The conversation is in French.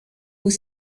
aux